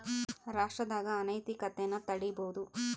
ರಾಷ್ಟ್ರದಾಗ ಅನೈತಿಕತೆನ ತಡೀಬೋದು